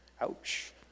Ouch